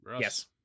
Yes